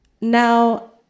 Now